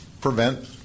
prevent